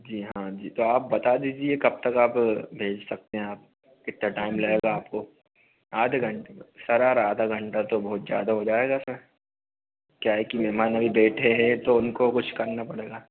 जी हाँ जी तो आप बता दीजिये कब तक आप भेज सकते हैं आप कितना टाइम लगेगा आपको आधे घंटे सर आ रहा आधा घंटा तो बहुत ज़्यादा हो जायेगा सर क्या है की मेहमान भी बैठे है तो उनको कुछ करना पड़ेगा